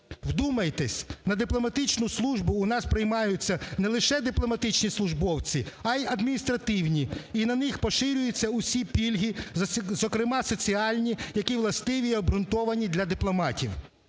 Вдумайтесь: на дипломатичну службу у нас приймаються не лише дипломатичні службовці, а й адміністративні, і на них поширюються усі пільги, зокрема соціальні, які властиві і обґрунтовані для дипломатів.